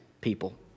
people